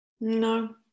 no